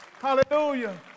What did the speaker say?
Hallelujah